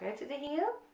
to the heel